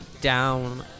Down